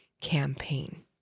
campaign